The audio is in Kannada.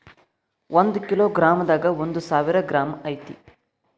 ಒಂದ ಕಿಲೋ ಗ್ರಾಂ ದಾಗ ಒಂದ ಸಾವಿರ ಗ್ರಾಂ ಐತಿ